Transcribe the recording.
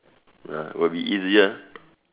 ah will be easier